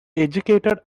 educated